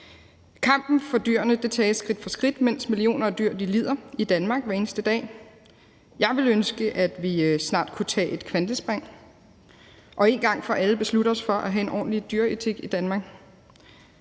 Kampen for dyrene tages skridt for skridt, mens millioner af dyr i Danmark lider hver eneste dag. Jeg ville ønske, at vi snart kunne tage et kvantespring og en gang for alle beslutte os for at have en ordentlig dyreetik i Danmark.